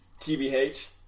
TBH